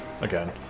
again